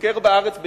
שביקר בארץ בינואר,